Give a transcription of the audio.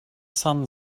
son